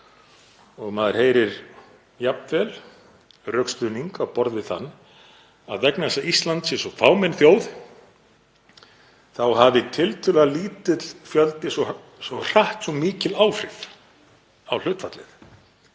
og maður heyrir jafnvel rökstuðning á borð við þann að vegna þess að Ísland sé svo fámenn þjóð þá hafi tiltölulega lítill fjöldi svo hratt svo mikil áhrif á hlutfallið.